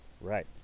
Right